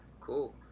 Cool